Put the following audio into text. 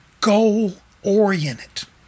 goal-oriented